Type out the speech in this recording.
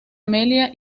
amelia